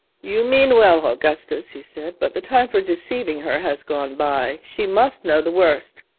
you mean well, augustus he said, but the time for deceiving her has gone by she must know the worst.